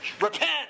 repent